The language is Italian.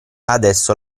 adesso